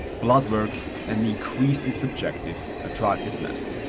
bloodwork and increased his subjective attractiveness.